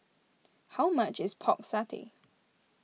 how much is Pork Satay